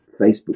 Facebook